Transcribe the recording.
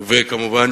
כמובן,